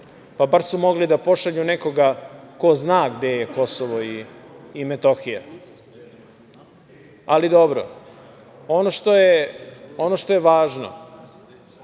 Bar su mogli da pošalju nekoga ko zna gde je Kosovo i Metohija, ali dobro. Ono što je važno